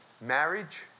marriage